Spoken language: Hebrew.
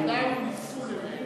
בני-אדם ניסו לנהל אותו.